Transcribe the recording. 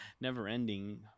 Never-ending